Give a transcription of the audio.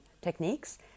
techniques